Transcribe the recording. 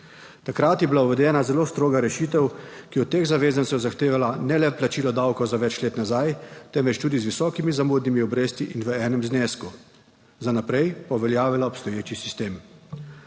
Takrat je bila uvedena zelo stroga rešitev, ki je od teh zavezancev zahteva ne le plačilo davkov za več let nazaj, temveč tudi z visokimi zamudnimi obrestmi in v enem znesku, za naprej pa uveljavila obstoječi sistem.